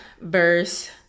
verse